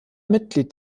mitglied